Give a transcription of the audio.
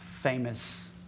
famous